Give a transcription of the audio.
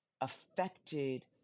affected